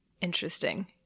Interesting